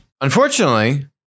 Unfortunately